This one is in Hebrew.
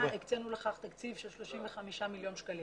הקצינו לכך תקציב של 35 מיליון שקלים.